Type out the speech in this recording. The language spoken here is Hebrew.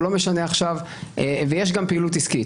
ויש גם פעילות עסקית.